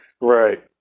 Right